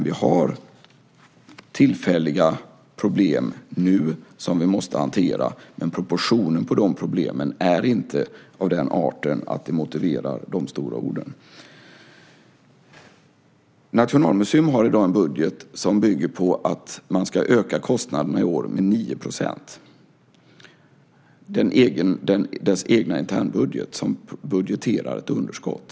Vi har tillfälliga problem nu som vi måste hantera, men proportionen på de problemen är inte av den art att det motiverar de stora orden. Nationalmuseum har i dag en budget som bygger på att man ska öka kostnaderna i år med 9 %. Det är i dess egna internbudget som man budgeterar ett underskott.